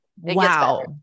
wow